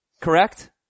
Correct